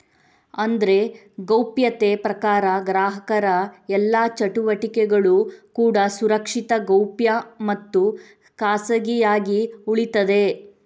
ಅಂದ್ರೆ ಗೌಪ್ಯತೆ ಪ್ರಕಾರ ಗ್ರಾಹಕರ ಎಲ್ಲಾ ಚಟುವಟಿಕೆಗಳು ಕೂಡಾ ಸುರಕ್ಷಿತ, ಗೌಪ್ಯ ಮತ್ತು ಖಾಸಗಿಯಾಗಿ ಉಳೀತದೆ